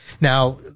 Now